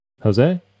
Jose